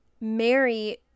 Mary